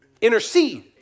intercede